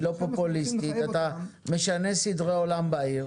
היא לא פופוליסטית, אתה משנה סדרי עולם בעיר